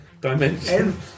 dimension